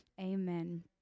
Amen